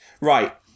Right